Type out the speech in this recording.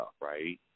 right